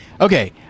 okay